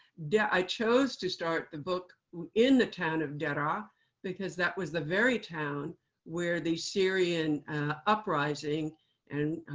yeah i chose to start the book in the town of deraa because that was the very town where the syrian uprising and